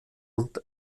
und